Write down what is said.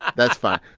that's fine